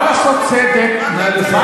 בא לעשות צדק, נא לסיים.